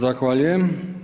Zahvaljujem.